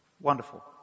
Wonderful